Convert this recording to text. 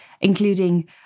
including